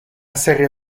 serie